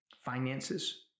finances